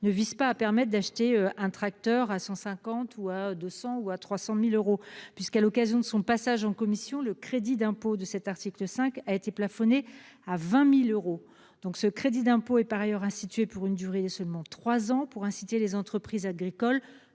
ne vise pas à permettent d'acheter un tracteur à 150 ou 200 ou à 300.000 euros puisqu'à l'occasion de son passage en commission le crédit d'impôt de cet article. De cinq a été plafonnée à 20.000 euros donc ce crédit d'impôt et par ailleurs instituée pour une durée seulement 3 ans pour inciter les entreprises agricoles,